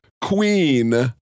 Queen